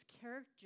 character